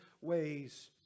ways